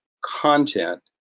content